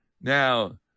Now